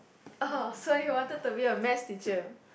oh so you wanted to be a maths teacher